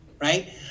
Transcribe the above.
right